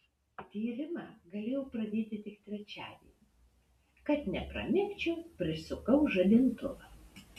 tyrimą galėjau pradėti tik trečiadienį kad nepramigčiau prisukau žadintuvą